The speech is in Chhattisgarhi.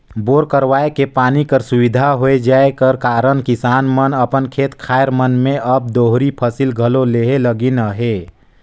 बोर करवाए के पानी कर सुबिधा होए जाए कर कारन किसान मन अपन खेत खाएर मन मे अब दोहरी फसिल घलो लेहे लगिन अहे